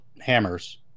hammers